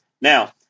Now